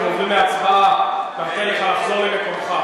אנחנו עוברים להצבעה, ניתן לך לחזור למקומך.